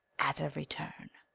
at every turn.